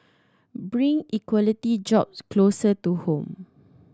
bring quality jobs closer to home